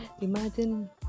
imagine